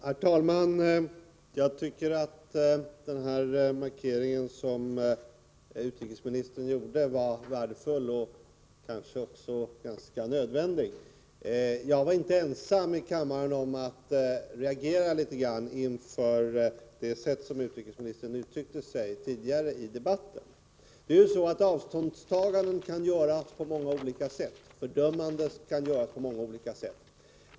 Herr talman! Jag tycker att den här markeringen som utrikesministern gjorde var värdefull och kanske också ganska nödvändig. Jag var inte ensam i kammaren om att reagera litet grand inför det sätt som utrikesministern uttryckte sig på tidigare i debatten. Avståndstaganden kan ju göras på många olika sätt, fördömanden kan ske på många olika vis.